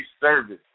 service